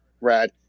Rad